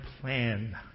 plan